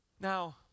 Now